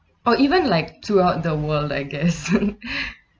or even like throughout the world I guess